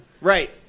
Right